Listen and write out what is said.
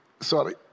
sorry